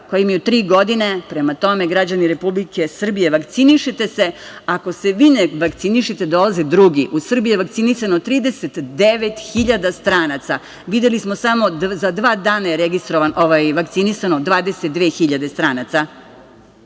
koja imaju tri godine. Prema tome, građani Republike Srbije vakcinišite se. Ako se vi ne vakcinišete dolaze drugi. U Srbiji je vakcinisano 39 hiljada stranaca. Videli smo samo za dva dana je vakcinisano 22 hiljade stranaca. Još